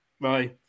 Bye